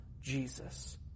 Jesus